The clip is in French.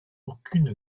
aucune